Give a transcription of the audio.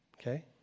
okay